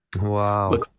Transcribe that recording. Wow